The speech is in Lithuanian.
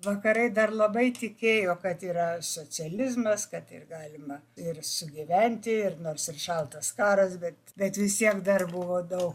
vakarai dar labai tikėjo kad yra socializmas kad ir galima ir sugyventi ir nors ir šaltas karas bet bet vis tiek dar buvo daug